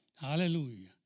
Hallelujah